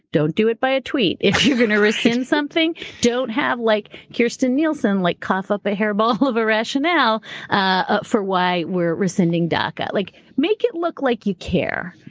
don't do it by a tweet. if you're going to rescind something, don't have like kirstjen nielsen like cough up a hairball of a rationale ah for why we're rescinding daca. like make it look like you care.